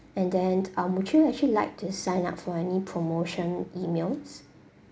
and then um would you actually like to sign up for any promotion emails